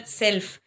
self